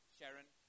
Sharon